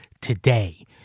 today